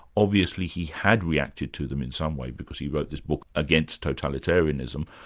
obviously he had reacted to them in some way, because he wrote this book against totalitarianism,